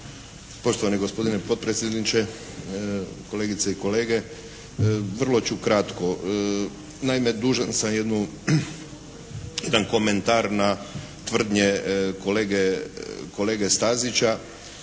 Poštovani gospodine potpredsjedniče, kolegice i kolege. Vrlo ću kratko. Naime, dužan sam jednu, jedan komentar na tvrdnje kolege Stazića.